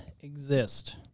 exist